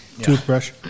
Toothbrush